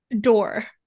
Door